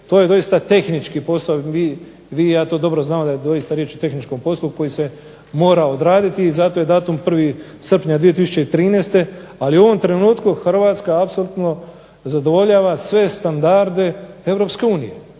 to je doista tehnički posao, vi i ja to dobro znamo da je doista riječ o tehničkom poslu koji se mora odraditi, i zato je datum 1. srpnja 2013., ali u ovom trenutku Hrvatska apsolutno zadovoljava sve standarde